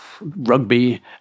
rugby